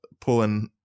pulling